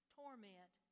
torment